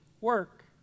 work